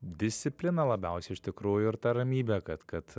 disciplina labiausiai iš tikrųjų ir ta ramybė kad kad